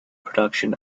production